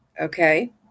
okay